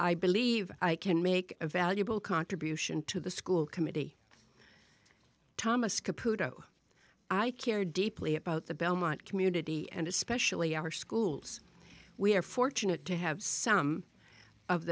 i believe i can make a valuable contribution to the school committee thomas computer i care deeply about the belmont community and especially our schools we are fortunate to have some of